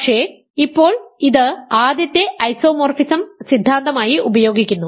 പക്ഷേ ഇപ്പോൾ ഇത് ആദ്യത്തെ ഐസോമോർഫിസം സിദ്ധാന്തമായി ഉപയോഗിക്കുന്നു